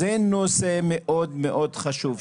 זה נושא מאוד מאוד חשוב.